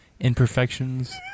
imperfections